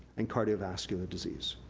and cardiovascular disease.